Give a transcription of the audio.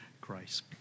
grace